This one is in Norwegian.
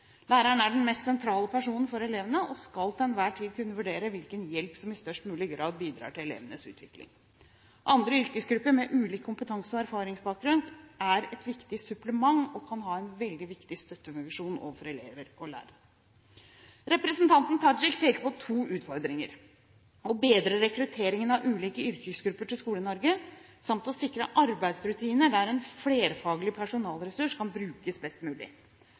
Læreren er den mest sentrale personen for elevene og skal til enhver tid kunne vurdere hvilken hjelp som i størst mulig grad bidrar til elevens utvikling. Andre yrkesgrupper med ulik kompetanse og erfaringsbakgrunn er et viktig supplement og kan ha en veldig viktig støttefunksjon overfor elever og lærere. Representanten Tajik peker på to utfordringer: å bedre rekrutteringen av ulike yrkesgrupper til Skole-Norge samt å sikre arbeidsrutiner der en flerfaglig personalressurs kan brukes best mulig.